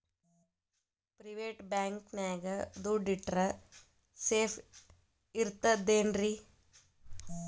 Private bank ನ್ಯಾಗ್ ದುಡ್ಡ ಇಟ್ರ ಸೇಫ್ ಇರ್ತದೇನ್ರಿ?